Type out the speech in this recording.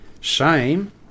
shame